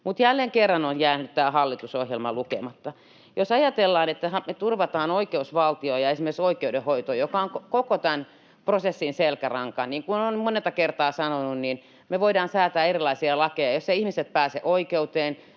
mutta jälleen kerran on jäänyt tämä hallitusohjelma lukematta. Jos ajatellaan, että me turvataan oikeusvaltio ja esimerkiksi oikeudenhoito, joka on koko tämän prosessin selkäranka, niin kuin olen monta kertaa sanonut, niin me voidaan säätää erilaisia lakeja. Jos ihmiset eivät pääse oikeuteen,